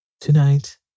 Tonight